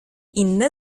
inne